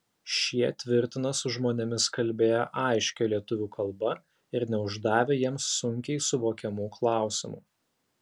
šie tvirtina su žmonėmis kalbėję aiškia lietuvių kalba ir neuždavę jiems sunkiai suvokiamų klausimų